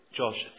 josh